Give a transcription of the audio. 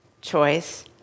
Choice